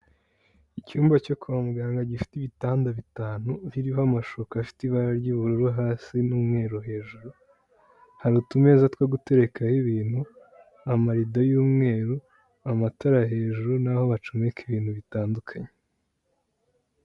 Icyumba cyo kwa muganga gifite ibitanda bitanu biriho amashuka afite ibara ry'ubururu hasi n'umweru hejuru, hari utumeza two guterekaho ibintu, amarido y'umweru, amatara hejuru n'aho bacomeka ibintu bitandukanye.